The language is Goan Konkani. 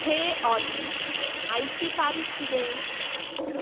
हे ऑली आयची तारीख कितें